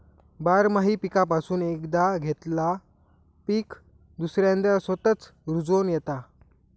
बारमाही पीकापासून एकदा घेतलेला पीक दुसऱ्यांदा स्वतःच रूजोन येता